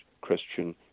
Christian